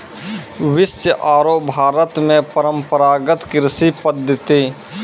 विश्व आरो भारत मॅ परंपरागत कृषि पद्धति